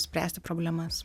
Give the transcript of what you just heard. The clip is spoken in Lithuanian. spręsti problemas